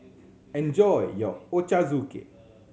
enjoy your Ochazuke